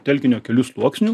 telkinio kelių sluoksnių